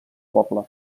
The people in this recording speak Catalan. poble